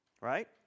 Right